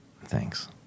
Thanks